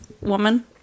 woman